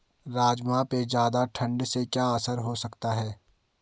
राजमा पे ज़्यादा ठण्ड से क्या असर हो सकता है?